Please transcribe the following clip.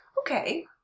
okay